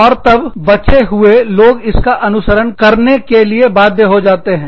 और तब बचे हुए लोग इसका अनुसरण करने के लिए बाध्य हो जाते हैं